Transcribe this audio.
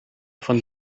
von